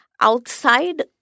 outside